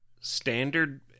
standard